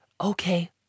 Okay